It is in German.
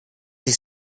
sich